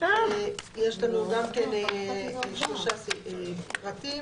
יש לנו גם כן שלושה פרטים.